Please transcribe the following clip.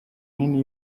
nini